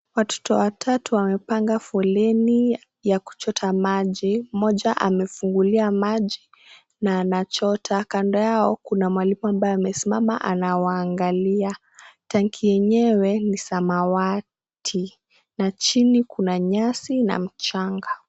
Watoto watatu wamepanga foleni ya kuchota maji. Moja amefungulia maji na anachota kando yao kuna mwalimu ambaye amesimama anawaangalia tanki yenyewe ni samawati na chini kuna nyasi na mchanga.